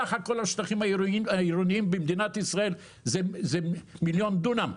סך הכול השטחים העירוניים במדינת ישראל זה מיליון דונם.